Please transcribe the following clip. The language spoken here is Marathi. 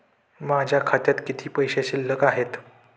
माझ्या खात्यात किती पैसे शिल्लक आहेत?